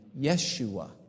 Yeshua